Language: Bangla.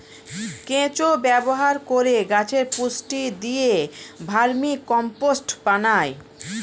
কেঁচো ব্যবহার করে গাছে পুষ্টি দিয়ে ভার্মিকম্পোস্ট বানায়